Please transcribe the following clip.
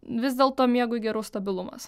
vis dėlto miegui geriau stabilumas